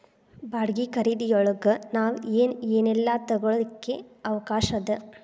ಬಾಡ್ಗಿ ಖರಿದಿಯೊಳಗ್ ನಾವ್ ಏನ್ ಏನೇಲ್ಲಾ ತಗೊಳಿಕ್ಕೆ ಅವ್ಕಾಷದ?